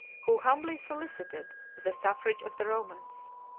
who humbly solicited the suffrage of the romans.